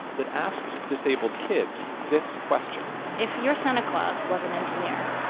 that asks disabled kids this question if your santa claus was an engineer,